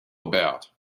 about